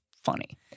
funny